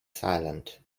silent